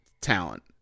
talent